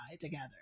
together